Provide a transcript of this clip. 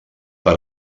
per